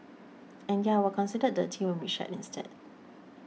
and yeah we're considered dirty when we shed instead